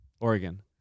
Oregon